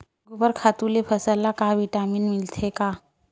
गोबर खातु ले फसल ल का विटामिन मिलथे का?